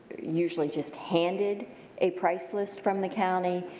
usually just handed a price list from the county.